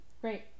Great